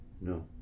No